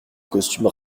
costume